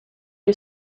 you